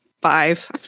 five